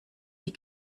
sie